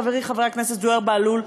חברי חבר הכנסת זוהיר בהלול.